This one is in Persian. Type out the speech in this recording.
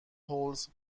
هولز